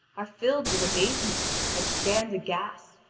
are filled with amazement and stand aghast,